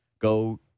Go